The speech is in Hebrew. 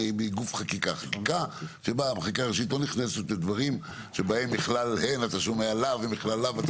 חקיקה ראשית לא נכנסת לדברים שבהם מכלל הן אתה שומע לאו ומכלל לאו אתה